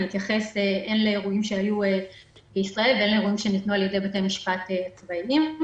אני אתייחס הן לאירועים שהיו בישראל והן לאירועים בבתי משפט צבאיים.